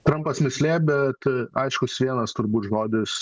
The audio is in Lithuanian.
trampas mįslė bet aiškus vienas turbūt žodis